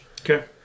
Okay